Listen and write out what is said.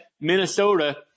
Minnesota